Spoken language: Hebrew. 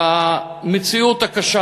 למציאות הקשה